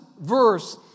verse